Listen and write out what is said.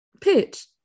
pitch